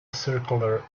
circular